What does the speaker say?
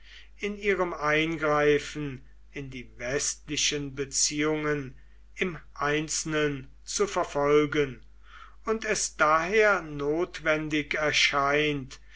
in ihrem eingreifen in die westlichen beziehungen im einzelnen zu verfolgen und es daher notwendig erscheint